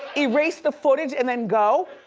erase the footage and then go?